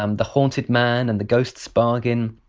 um the haunted man and the ghost's bargain.